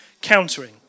countering